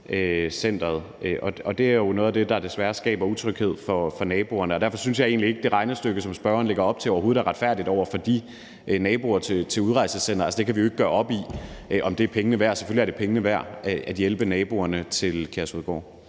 det er jo noget af det, der desværre skaber utryghed for naboerne. Og derfor synes jeg egentlig ikke, at det regnestykke, som spørgeren lægger op til, overhovedet er retfærdigt over for de naboer til udrejsecenteret. Altså, det kan vi jo ikke gøre op i, om det er pengene værd. Selvfølgelig er det pengene værd at hjælpe naboerne til Kærshovedgård.